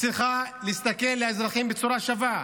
צריכה להסתכל על האזרחים בצורה שווה,